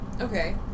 Okay